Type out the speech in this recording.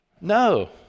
No